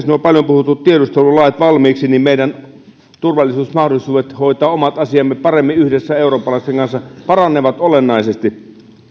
nuo paljon puhutut tiedustelulait valmiiksi meidän turvallisuusmahdollisuudet hoitaa omat asiamme paremmin yhdessä eurooppalaisten kanssa paranevat olennaisesti